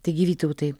taigi vytautai